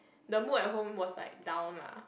the mood at home was like down lah